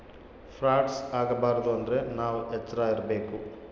frauds ಆಗಬಾರದು ಅಂದ್ರೆ ನಾವ್ ಎಚ್ರ ಇರ್ಬೇಕು